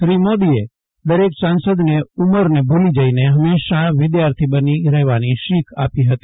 શ્રી મોદીએ દરેક સાંસદને ઉંમર ભૂલી જઈને હંમેશા વિધાર્થી બની રહેવાની શીખ આપી ફતી